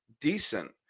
decent